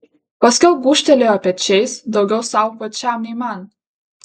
paskiau gūžtelėjo pečiais daugiau sau pačiam nei man